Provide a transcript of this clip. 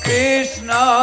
Krishna